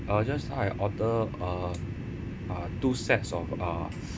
uh just now I ordered uh uh two sets of uh